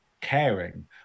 caring